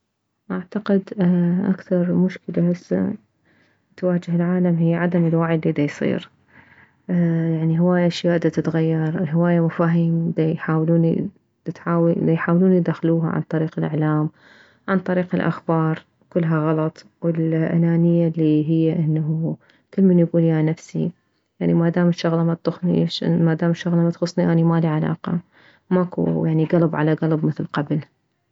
اعتقد اكثر مشكلة هسه تواجه العالم عدم الوعي الي ديصير يعني هواية اشياء دتتغير هواية مفاهيم ديحاولون دتحاول ديحاولون يدخلوها عن طريق الاعلام عن طريق الاخبار كلها غلط والانانية الي هي انه كلمن يكول يا نفسي يعني ما ادام الشغلة ما تطخني ما دام الشغلة ماتخصني اني مالي علاقة ماكو يعني كلب على كلب مثل قبل